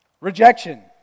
Rejection